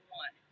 one